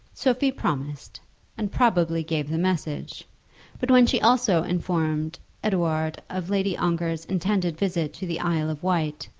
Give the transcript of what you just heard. sophie promised and probably gave the message but when she also informed edouard of lady ongar's intended visit to the isle of wight,